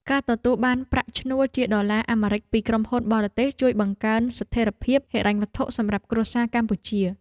ការទទួលបានប្រាក់ឈ្នួលជាដុល្លារអាមេរិកពីក្រុមហ៊ុនបរទេសជួយបង្កើនស្ថិរភាពហិរញ្ញវត្ថុសម្រាប់គ្រួសារកម្ពុជា។